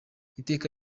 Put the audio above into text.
iteka